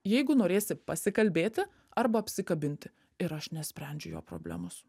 jeigu norėsi pasikalbėti arba apsikabinti ir aš nesprendžiu jo problemos